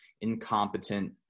incompetent